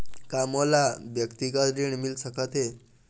का मोला व्यक्तिगत ऋण मिल सकत हे?